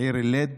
בעיר אל-לד,